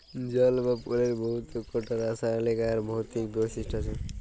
জল বা পালির বহুত কটা রাসায়লিক আর ভৌতিক বৈশিষ্ট আছে